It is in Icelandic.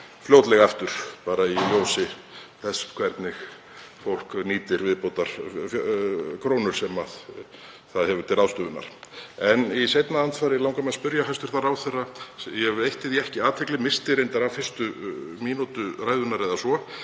fljótlega aftur, bara í ljósi þess hvernig fólk nýtir viðbótarkrónur sem það hefur til ráðstöfunar. Í seinna andsvari langar mig að spyrja hæstv. ráðherra: Ég veitti því ekki athygli, missti reyndar af fyrstu mínútu ræðunnar eða svo,